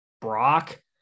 brock